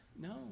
No